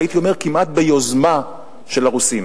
והייתי אומר כמעט ביוזמה של הרוסים,